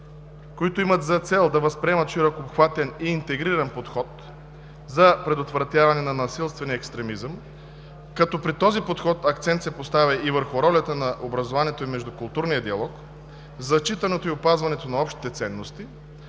които имат за цел да възприемат широкообхватен и интегриран подход за предотвратяване на насилствения екстремизъм, като при този подход акцент се поставя и върху ролята на образованието и междукултурния диалог, зачитането и опазването на общите ценности,